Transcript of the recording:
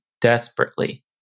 desperately